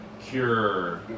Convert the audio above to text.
cure